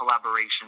collaboration